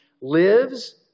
lives